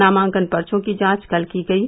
नामांकन पर्चो की जांच कल की गयी